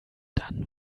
dann